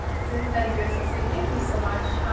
soon says you're so sweet. thank you so much.